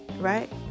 Right